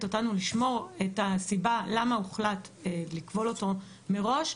אותנו לשמור את הסיבה למה הוחלט לכבול אותו מראש.